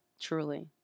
truly